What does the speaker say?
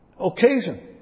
occasion